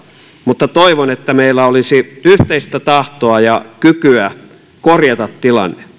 mutta toivon että meillä olisi yhteistä tahtoa ja kykyä korjata tilanne